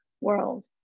world